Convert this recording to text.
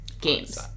Games